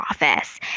office